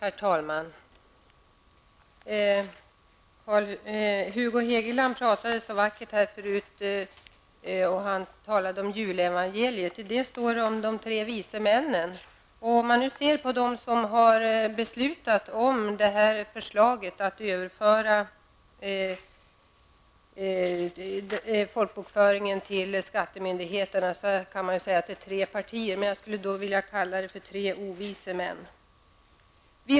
Herr talman! Hugo Hegeland talade så vackert om julevangeliet. I det står det om de tre vise männen. De som har väckt förslaget om att överföra folkbokföringen till skattemyndigheterna är tre partier, men jag skulle vilja kalla dem tre ''ovise män''.